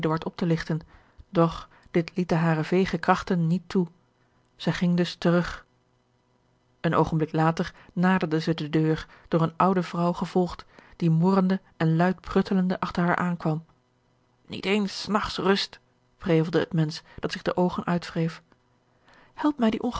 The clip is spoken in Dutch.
op te ligten doch dit lieten hare veege krachten niet toe zij ging dus terug een oogenblik later naderde zij de deur door eene oude vrouw gevolgd die morrende en luid pruttelende achter haar aan kwam niet eens s nachts rust prevelde het mensch dat zich de oogen uitwreef help mij die